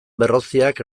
berroziak